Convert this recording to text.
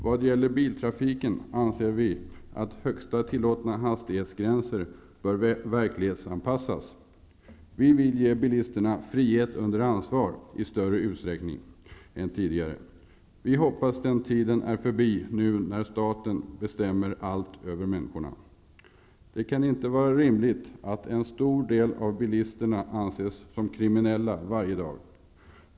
Vad gäller biltrafiken anser vi att gränserna för högsta tillåtna hastighet bör verklighetsanpassas. Vi vill ge bilisterna frihet under ansvar i större utsträckning än tidigare. Vi hoppas att den tiden är förbi nu, när staten bestämmer allt över människorna. Det kan inte vara rimligt att en stor del av bilisterna anses som kriminella varje dag.